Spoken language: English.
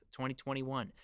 2021